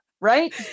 Right